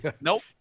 Nope